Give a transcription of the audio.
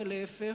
ולהיפך.